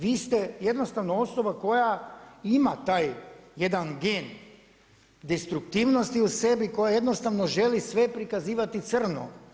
Vi ste jednostavno osoba koja ima taj jedan gen destruktivnosti u sebi, koja jednostavno želi sve prikazivati crno.